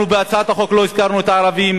אנחנו בהצעת החוק לא הזכרנו את הערבים,